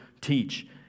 teach